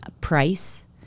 price